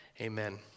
amen